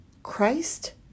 Christ